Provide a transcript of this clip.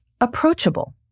approachable